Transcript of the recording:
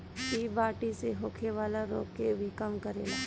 इ माटी से होखेवाला रोग के भी कम करेला